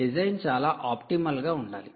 design చాలా optimal గా ఉండాలి